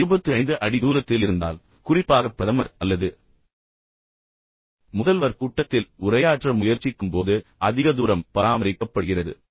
ஆனால் அது 25 அடி தூரத்தில் இருந்தால் குறிப்பாக பிரதமர் அல்லது முதல்வர் கூட்டத்தில் உரையாற்ற முயற்சிக்கும்போது அதிக தூரம் பராமரிக்கப்படுகிறது